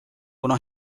kuna